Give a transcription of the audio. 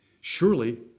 surely